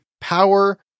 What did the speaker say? power